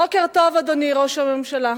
בוקר טוב, אדוני ראש הממשלה,